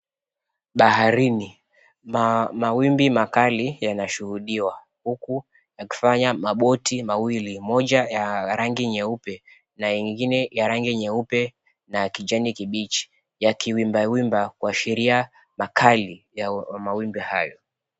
Baharini mawimbi makali yanashuhudiwa, huku yakifanya maboti mawili. Moja ya rangi nyeupe na ingine ya rangi nyeupe na ya kijani kibichi, ya kiwimbawimba kuashiria makali ya mawimbi hayo.